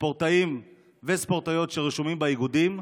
ספורטאים וספורטאיות שרשומים באיגודים,